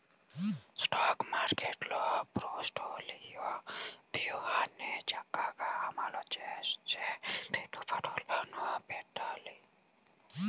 stock మార్కెట్టులో portfolio వ్యూహాన్ని చక్కగా అమలు చేస్తూ పెట్టుబడులను పెట్టాలి